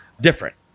different